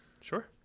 Sure